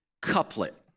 couplet